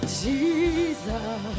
Jesus